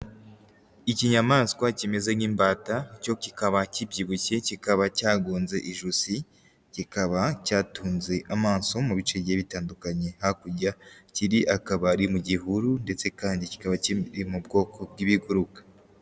Ikinyamaswa kimeze nk'imbata, cyo kikaba kibyibushye, kikaba cyagonze ijosi, kikaba cyatunze amaso mu bice bigiye bitandukanye, hakurya kiri akabari mu gihuru ndetse kandi kikaba kiri mu bwoko bw'ibiguruka.